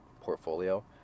portfolio